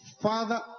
Father